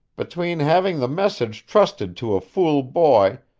between having the message trusted to a fool boy,